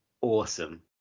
awesome